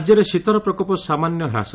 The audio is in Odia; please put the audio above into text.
ରାଜ୍ୟରେ ଶୀତର ପ୍ରକୋପ ସାମାନ୍ୟ ହ୍ରାସ